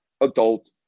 adult